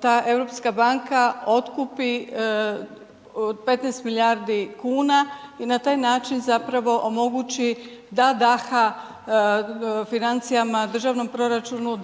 ta europska banka otkupi 15 milijardi kuna i na taj način zapravo omogući, da daha financija, državnog proračunu